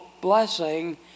blessing